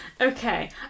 Okay